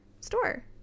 store